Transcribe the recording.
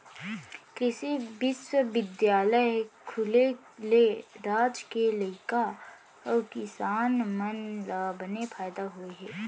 कृसि बिस्वबिद्यालय खुले ले राज के लइका अउ किसान मन ल बने फायदा होय हे